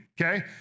okay